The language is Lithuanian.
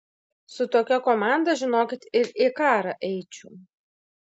su tokia komanda žinokit ir į karą eičiau